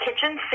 kitchen